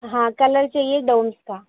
ہاں کلر چاہیے ڈومس کا